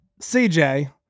CJ